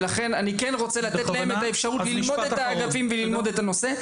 ולכן אני כן רוצה לתת להם את האפשרות ללמוד את האגפים וללמוד את הנושא.